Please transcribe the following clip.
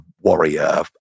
warrior